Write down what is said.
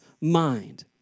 mind